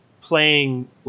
playing